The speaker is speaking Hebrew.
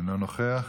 אינו נוכח.